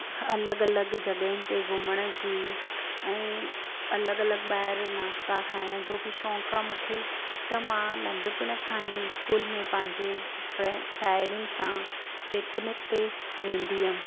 अलॻि अलॻि जॻहियुनि ते घुमण जी ऐं अलॻ अलॻि ॿाहिरि नाश्ता खाइण जो बि शौक़ु आहे त मां नंढपण खां ई स्कूल में पंहिंजे साहेड़ियुनि सां पिकनिक ते वेंदी हुअमि